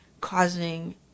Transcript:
causing